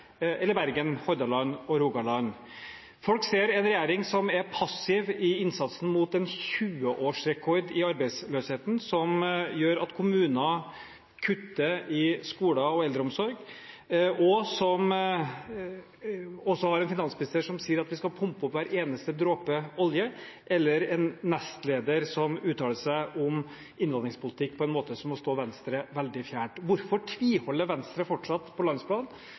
eller Bergen, Hordaland og Rogaland. Folk ser en regjering som er passiv i innsatsen mot en tjueårsrekord i arbeidsløshet, som gjør at kommuner kutter i skoler og eldreomsorg, og som også har en finansminister som sier at vi skal pumpe opp hver eneste dråpe olje, eller en nestleder som uttaler seg om innvandringspolitikk på en måte som må stå Venstre veldig fjernt. Hvorfor tviholder Venstre fortsatt på landsplan